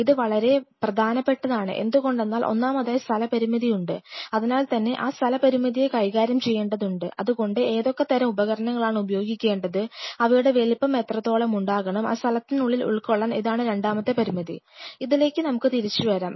ഇത് വളരെ വളരെ പ്രധാനപ്പെട്ടതാണ് എന്തുകൊണ്ടെന്നാൽ ഒന്നാമതായി സ്ഥലപരിമിതി ഉണ്ട് അതിനാൽ തന്നെ ആ സ്ഥല പരിമിതിയെ കൈകാര്യം ചെയ്യേണ്ടതുണ്ട് അതുകൊണ്ട് ഏതൊക്കെ തരം ഉപകരണങ്ങളാണ് ഉപയോഗിക്കേണ്ടത് അവയുടെ വലിപ്പം എത്രത്തോളം ഉണ്ടാകണം ആ സ്ഥലത്തിനുള്ളിൽ ഉൾക്കൊള്ളാൻ ഇതാണ് രണ്ടാമത്തെ പരിമിതി ഇതിലേക്ക് നമുക്ക് തിരിച്ചു വരാം